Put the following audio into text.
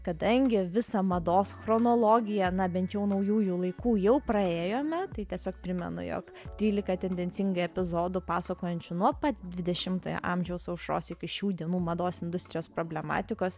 kadangi visą mados chronologiją na bent jau naujųjų laikų jau praėjome tai tiesiog primenu jog trylika tendencingai epizodų pasakojančių nuo pat dvidešimtojo amžiaus aušros iki šių dienų mados industrijos problematikos